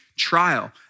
trial